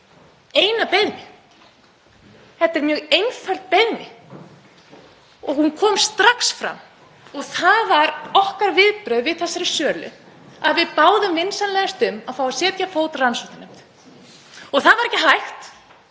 eina beiðni. Þetta er mjög einföld beiðni og hún kom strax fram og það voru okkar viðbrögð við þessari sölu að við báðum vinsamlegast um að fá að setja á fót rannsóknarnefnd. Það var ekki hægt.